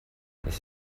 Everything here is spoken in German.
das